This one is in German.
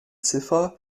ziffer